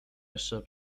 jeszcze